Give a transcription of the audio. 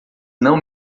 não